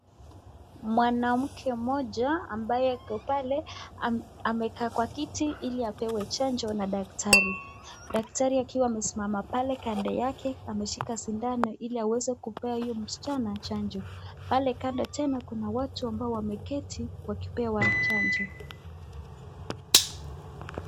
Mwanamke mmoja ambaye ako pale amekaa kwa kiti ili apewe chanjo na daktari. Daktari akiwa amesimama pale kando yake ameshika sindano ili aweze kupea huyo msichana chanjo. Pale kando tena kuna watu ambao wameketi wakipewa chanjo.